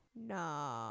No